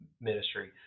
ministry